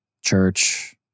church